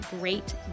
great